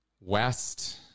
west